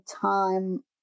time